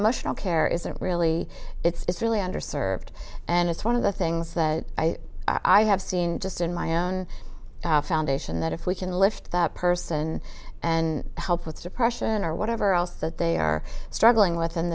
emotional care isn't really it's really under served and it's one of the things that i have seen just in my own foundation that if we can lift that person and help with depression or whatever else that they are struggling with and